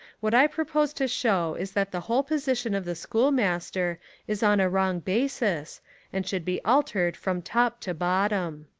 what i propose to show is that the whole position of the schoolmaster is on a wrong basis and should be altered from top to bottom.